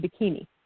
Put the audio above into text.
bikini